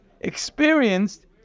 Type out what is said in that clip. experienced